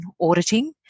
auditing